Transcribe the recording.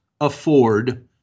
afford